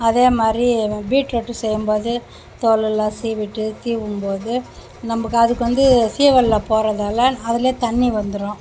அதே மாதிரி பீட்ரூட்டு செய்யும்போது தோலெலாம் சீவிட்டு சீவும்போது நமக்கு அதுக்கு வந்து சீவலில் போகிறதால அதிலே தண்ணி வந்துடும்